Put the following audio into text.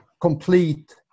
complete